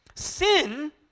Sin